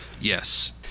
Yes